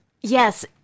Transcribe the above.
Yes